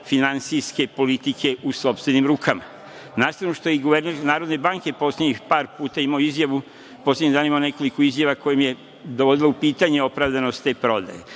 finansijske, političke u sopstvenim rukama. Na stranu što je i guverner Narodne banke poslednjih par puta imao izjavu u poslednjim danima… nekoliko izjava kojima je dovodila u pitanje opravdanost te prodaje.